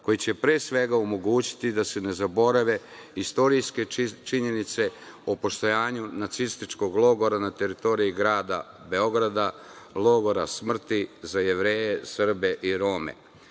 koji će pre svega omogućiti da se ne zaborave istorijske činjenice o postojanju nacističkog logora na teritoriji grada Beograda, logora smrti za Jevreje, Srbe i